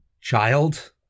child